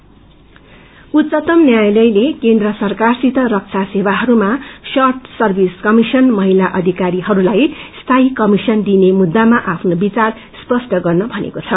SC उच्चतम न्यायातयले केन्द्र सरकारसित रखा सेवाहरूमा श्रर्ट सर्विस कमिशन महिला अधिकारीहस्लाई स्थायी कमिशन दिने मुद्दामा आफ्ना विचार स्पष्ट गर्न भनेको छ